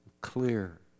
clear